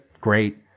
great